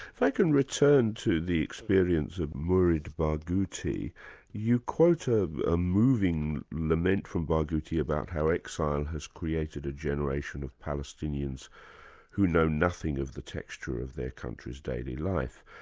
if i can return to the experience of mourid barghouti you quote ah a moving lament from barghouti about how exile has created a generation of palestinians who know nothing of the texture of their country's daily life,